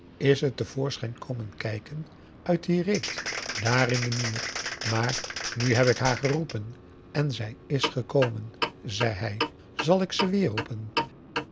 te voorschijn komen kijken uit die reet daar in den muur maar augusta de wit orpheus in de dessa nu heb ik haar geroepen en zij is gekomen zei hij zal ik ze weer roepen